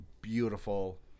beautiful